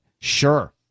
sure